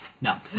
No